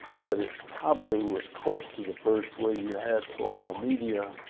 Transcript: but it probably was close to the first where you had sort of a media